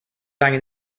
angen